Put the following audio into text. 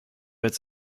its